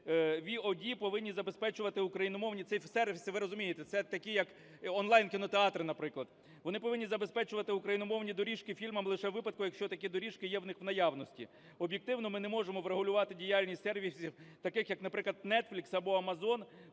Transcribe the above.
VоD повинні забезпечувати україномовні…Це сервіси, ви розумієте, це такі як онлайн-кінотеатри, наприклад. Вони повинні забезпечувати україномовні доріжки фільмам лише у випадку, якщо такі доріжки є у них в наявності. Об'єктивно ми не можемо врегулювати діяльність сервісів таких як, наприклад, Netflix або Amazon,